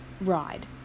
ride